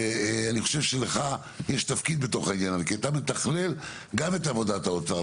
אני חושב שלך יש תפקיד בתוך העניין הזה כי אתה מתכלל גם את עבודת האוצר,